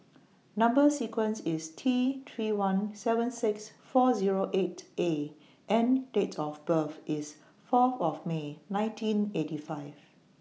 Number sequence IS T three one seven six four Zero eight A and Date of birth IS Fourth of May nineteen eighty five